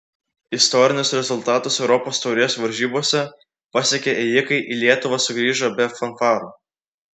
istorinius rezultatus europos taurės varžybose pasiekę ėjikai į lietuvą sugrįžo be fanfarų